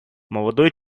молодой